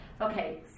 Okay